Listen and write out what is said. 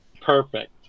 Perfect